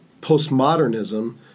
postmodernism